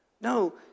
No